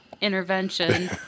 intervention